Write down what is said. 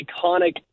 iconic